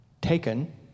taken